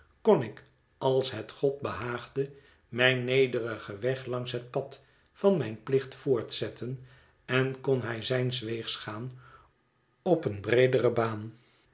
kon ik als het god behaagde mijn nederigen weg langs het pad van mijn plicht voortzetten en kon hij zijns weegs gaan op eeno breedere baan